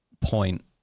point